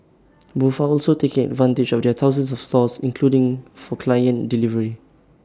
both are also taking advantage of their thousands of stores including for client delivery